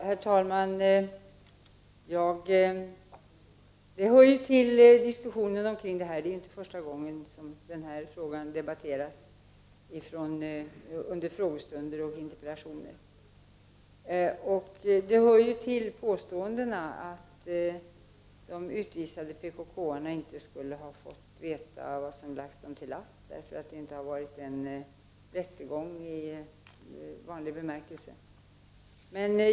Herr talman! Det är inte första gången den här frågan debatteras under frågestunder och i samband med interpellationssvar. Det har påståtts att de utvisade PKK-arna inte skulle ha fått veta vad som lagts dem till last, eftersom det inte skett en rättegång i vanlig bemärkelse.